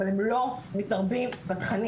אבל הם לא מתערבים בתכנים.